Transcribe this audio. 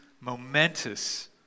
momentous